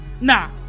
Nah